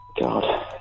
god